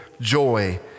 joy